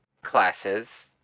classes